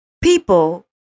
people